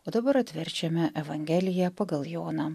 o dabar atverčiame evangeliją pagal joną